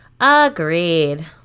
agreed